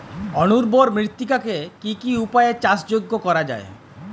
অনুর্বর মৃত্তিকাকে কি কি উপায়ে চাষযোগ্য করা যায়?